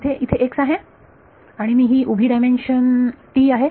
इथे इथे x आहे आणि मी उभी डायमेन्शन आहे t